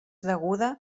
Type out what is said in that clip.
deguda